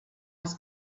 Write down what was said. els